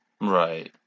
right